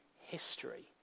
history